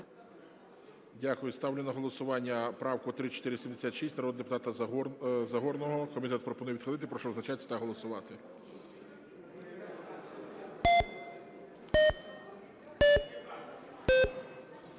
Дякую. Ставлю на голосування правку 3476 народного депутата Загороднього. Комітет пропонує відхилити. Прошу визначатись та голосувати.